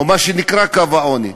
או מה שנקרא קו העוני.